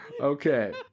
Okay